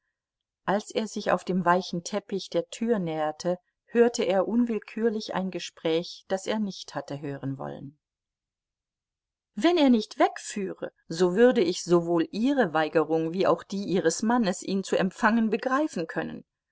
als er sich auf dem weichen teppich der tür näherte hörte er unwillkürlich ein gespräch das er nicht hatte hören wollen wenn er nicht wegführe so würde ich sowohl ihre weigerung wie auch die ihres mannes ihn zu empfangen begreifen können